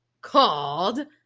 called